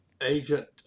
Agent